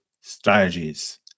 strategies